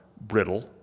brittle